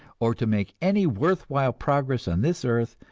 or to make any worth while progress on this earth,